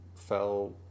fell